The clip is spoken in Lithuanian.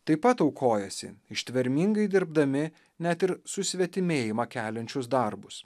taip pat aukojasi ištvermingai dirbdami net ir susvetimėjimą keliančius darbus